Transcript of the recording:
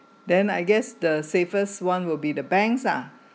then I guess the safest one will be the banks ah